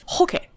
Okay